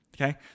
okay